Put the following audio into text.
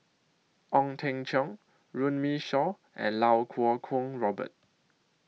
Ong Teng Cheong Runme Shaw and Lau Kuo Kwong Robert